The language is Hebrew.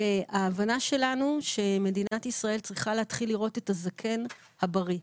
וההבנה שלנו היא שמדינת ישראל צריכה להתחיל לראות את הזקן הבריא.